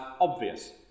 obvious